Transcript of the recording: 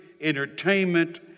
entertainment